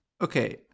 okay